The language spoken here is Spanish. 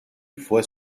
fue